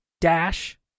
Dash